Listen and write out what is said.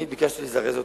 אני ביקשתי לזרז אותם.